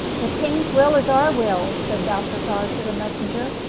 the king's will is our will, said balthasar to the messenger.